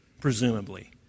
presumably